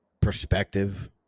perspective